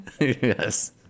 Yes